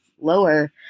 lower